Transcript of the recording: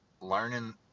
learning